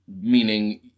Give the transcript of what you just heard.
meaning